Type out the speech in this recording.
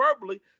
verbally